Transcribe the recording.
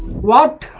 what